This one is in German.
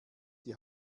die